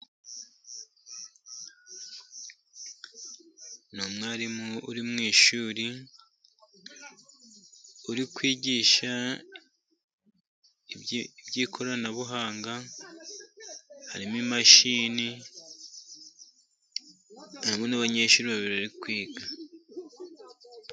Ni umwarimu uri mu ishuri, uri kwigisha iby'ikoranabuhanga, harimo imashini, harimo n'abanyeshuri babiri bari kwiga.